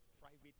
private